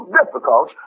difficult